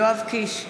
יואב קיש,